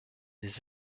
les